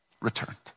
returned